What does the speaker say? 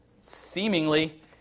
Seemingly